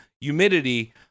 humidity